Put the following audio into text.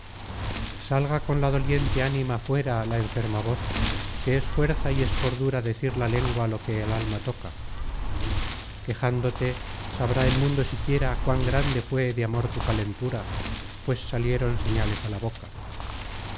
salga con la doliente ánima fuera la enferma voz que es fuerza y es cordura decir la lengua lo que al alma toca quejándote sabrá el mundo siquiera cuán grande fué de amor tu calentura pues salieron señales á la boca